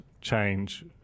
change